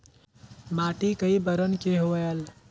माटी कई बरन के होयल?